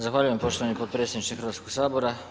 Zahvaljujem poštovani potpredsjedniče Hrvatskog sabora.